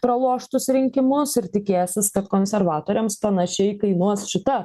praloštus rinkimus ir tikėsis kad konservatoriams panašiai kainuos šita